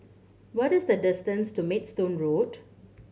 what is the distance to Maidstone Road